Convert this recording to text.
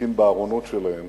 שמחזיקים בארונות שלהם